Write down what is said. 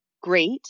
great